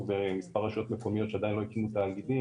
במספר רשויות מקומיות שעדיין לא הקימו תאגידים,